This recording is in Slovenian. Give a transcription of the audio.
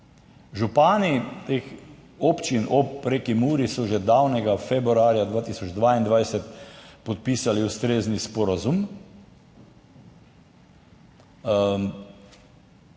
Župani teh občin ob reki Muri so že davnega februarja 2022 podpisali ustrezni sporazum.